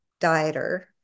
dieter